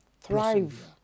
thrive